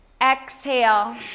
exhale